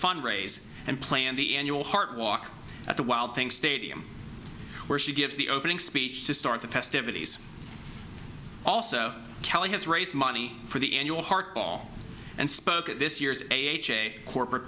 fundraise and play in the annual heart walk at the wild things stadium where she gives the opening speech to start the festivities also kelly has raised money for the annual heart ball and spoke at this year's a ha corporate